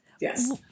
Yes